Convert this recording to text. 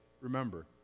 remember